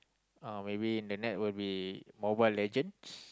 uh maybe the next will be Mobile-Legends